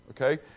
Okay